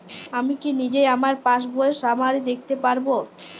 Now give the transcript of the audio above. আমি কি নিজেই আমার পাসবইয়ের সামারি দেখতে পারব?